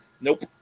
nope